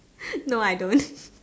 no I don't